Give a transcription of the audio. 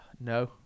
no